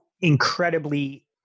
incredibly